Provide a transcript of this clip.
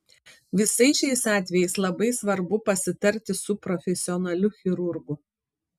visais šiais atvejais labai svarbu pasitarti su profesionaliu chirurgu